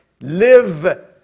live